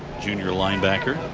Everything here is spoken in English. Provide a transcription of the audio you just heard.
junior linebacker.